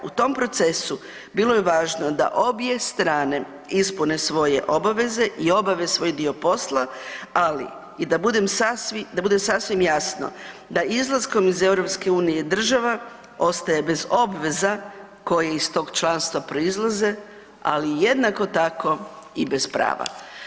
U tom procesu bilo je važno da obje strane ispune svoje obaveze i obave svoj dio posla ali i da bude sasvim jasno, da izlaskom iz EU-a, država ostaje bez obveza koje iz tog članstva proizlaze ali i jednako tako, i bez prava.